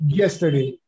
yesterday